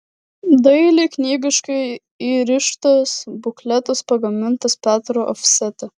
dailiai knygiškai įrištas bukletas pagamintas petro ofsete